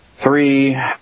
Three